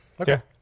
Okay